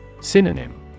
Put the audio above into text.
Synonym